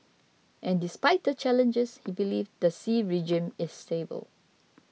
and despite the challenges he believes the Xi regime is stable